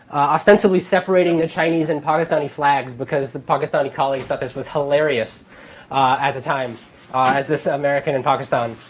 ostensibly separating the chinese and pakistani flags, because the pakistani colleagues thought this was hilarious at the time as this american in pakistan.